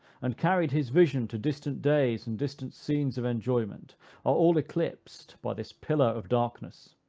and carried his vision to distant days and distant scenes of enjoyment, are all eclipsed by this pillar of darkness.